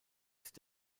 ist